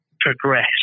progress